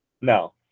No